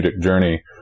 journey